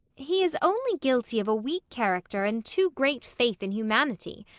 he is only guilty of a weak character and too great faith in humanity.